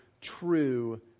true